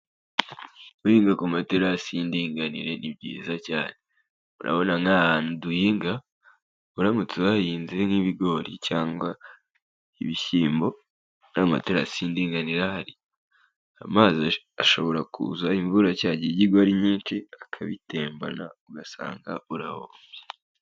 Guhinga ku materasi y'indinganire ni byiza cyane, urabona nk'aha hantu duhinga, uramutse uhahinze nk'ibigori cyangwa ibishyimbo, nta materasi y'indinganire ahari, amazi ashobora kuza imvura cya gihe ijya igwa ari nyinshi akabitembana ugasanga urahombye.